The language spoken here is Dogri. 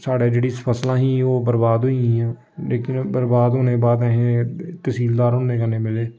साढ़े जेह्ड़ी फसलां ही ओह् बर्बाद होई गेइयां लेकिन बर्बाद होने दे बाद अस तसीलदार हुंदे कन्नै मिले